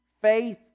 faith